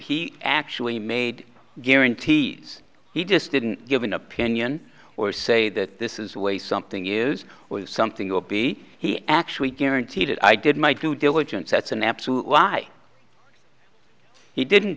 he actually made guarantees he just didn't give an opinion or say that this is the way something is or something or be he actually guaranteed it i did my due diligence that's an absolute lie he didn't